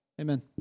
Amen